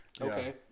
Okay